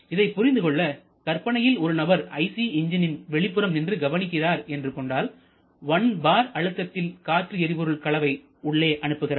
இதைப் புரிந்துகொள்ள கற்பனையில் ஒரு நபர் IC என்ஜினின் வெளிப்புறம் நின்று கவனிக்கிறார் என்று கொண்டால் 1 bar அழுத்தத்தில் காற்று எரிபொருள் கலவை உள்ள அனுப்புகிறார்